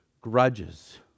grudges